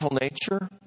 nature